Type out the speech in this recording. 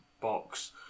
box